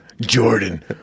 Jordan